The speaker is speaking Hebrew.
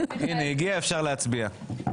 הנה הגיע אפשר להצביע.